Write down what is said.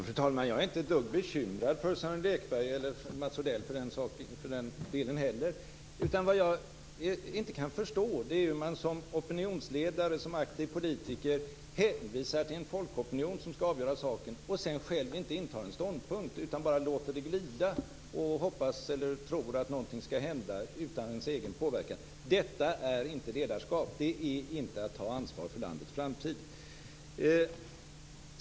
Fru talman! Jag är inte ett dugg bekymrad för Sören Lekberg eller för Mats Odell för den delen. Det jag inte kan förstå är hur man som opinionsledare, som aktiv politiker kan hänvisa till en folkopinion som skall avgöra saken och sedan själv inte inta en ståndpunkt. Man låter bara frågan glida och hoppas eller tror att någonting skall hända utan ens egen påverkan. Detta är inte ledarskap. Det är inte att ta ansvar för landets framtid.